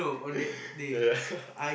yeah